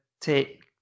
take